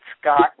Scott